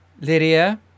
Lydia